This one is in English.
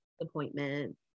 Appointment